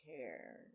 care